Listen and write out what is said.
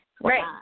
Right